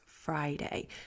Friday